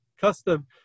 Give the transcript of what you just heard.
custom